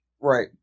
right